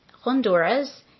Honduras